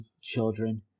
children